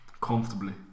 Comfortably